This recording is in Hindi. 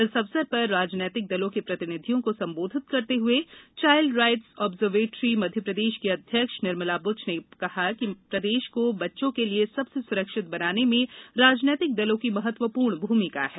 इस अवसर पर राजनीतिक दलों के प्रतिनिधियों को संबोधित करते हये चाइल्ड राइटस् आब्जवर्रेवटरी मध्यप्रदेष की अध्यक्ष श्रीमती निर्मला बुच ने कहा कि मध्यप्रदेश को बच्चों के लिये सबसे सुरक्षित बनाने में राजनीतिक दलों की महत्वपूर्ण भूमिका है